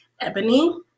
Ebony